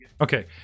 Okay